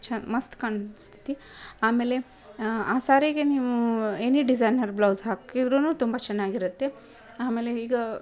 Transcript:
ಚ ಮಸ್ತು ಕಾಣಿಸ್ತತಿ ಆಮೇಲೆ ಆ ಸಾರಿಗೆ ನೀವು ಎನಿ ಡಿಝೈನರ್ ಬ್ಲೌಸ್ ಹಾಕಿದ್ರು ತುಂಬ ಚೆನ್ನಾಗಿರುತ್ತೆ ಆಮೇಲೆ ಈಗ